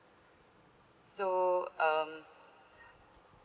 so um